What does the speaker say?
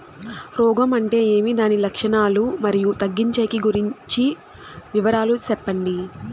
రోగం అంటే ఏమి దాని లక్షణాలు, మరియు తగ్గించేకి గురించి వివరాలు సెప్పండి?